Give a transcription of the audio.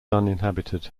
uninhabited